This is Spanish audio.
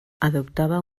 adoptaba